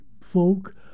folk